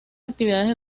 actividades